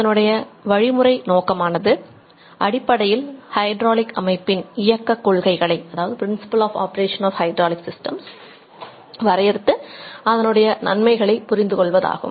இதனுடைய வழிமுறை நோக்கமானது அடிப்படையில் ஹைட்ராலிக் அமைப்பின் இயக்கக் கொள்கைகளை வரையறுத்து அதனுடைய நன்மைகளைப் புரிந்து கொள்வதாகும்